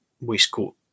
waistcoat